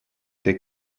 they